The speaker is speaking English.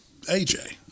AJ